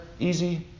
easy